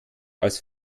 als